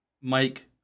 Mike